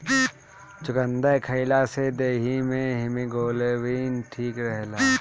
चुकंदर खइला से देहि में हिमोग्लोबिन ठीक रहेला